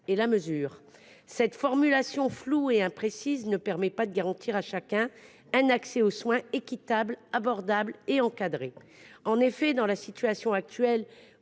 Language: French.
et la mesure ». Cette formulation floue et imprécise ne permet pas de garantir à chacun un accès aux soins équitable, abordable et encadré. En effet, dans la situation actuelle,